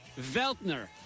Veltner